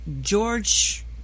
George